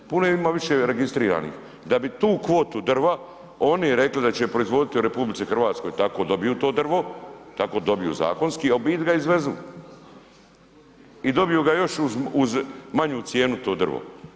Puno više ima registriranih, da bi tu kvotu drva oni rekli da će proizvoditi u RH tako dobiju to drvo, tako dobiju zakonski, a u biti ga izvezu i dobiju ga još uz manju cijenu to drvo.